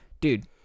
dude